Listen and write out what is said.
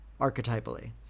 archetypally